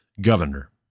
governor